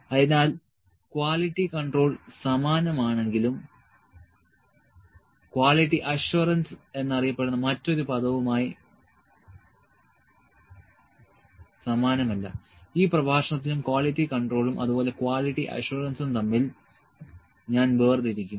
അതിനാൽ quality control സമാനമാണെങ്കിലും quality assurance എന്നറിയപ്പെടുന്ന മറ്റൊരു പദവുമായി സമാനമല്ല ഈ പ്രഭാഷണത്തിലും ക്വാളിറ്റി കണ്ട്രോളും അതുപോലെ ക്വാളിറ്റി അഷ്വറൻസും തമ്മിൽ ഞാൻ വേർതിരിക്കും